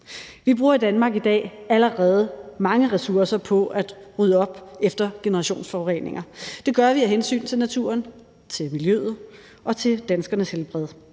Vi bruger i Danmark i dag allerede mange ressourcer på at rydde op efter generationsforureninger – det gør vi af hensyn til naturen, til miljøet og til danskernes helbred